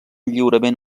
lliurement